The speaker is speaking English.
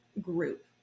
group